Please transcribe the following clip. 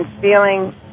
feeling